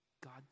God